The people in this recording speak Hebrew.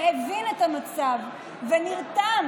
שהבין את המצב ונרתם